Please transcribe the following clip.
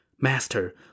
Master